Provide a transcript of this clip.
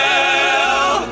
Hell